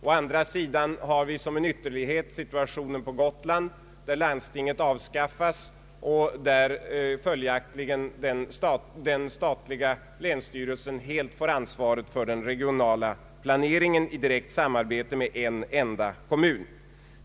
Å andra sidan föreligger en ytterlighetssituation på Gotland, där landstinget avskaffas och följaktligen den statliga länsstyrelsen helt får ansvaret för den regionala planeringen i direkt samarbete med en enda kommun.